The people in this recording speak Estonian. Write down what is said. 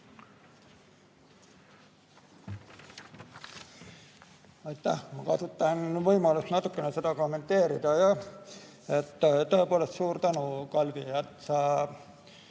kasutan võimalust natukene seda kommenteerida. Tõepoolest, suur tänu, Kalvi,